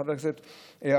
חבר הכנסת אבוטבול.